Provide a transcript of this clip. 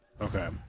Okay